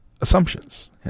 assumptions